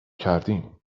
کردیم